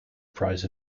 price